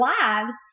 lives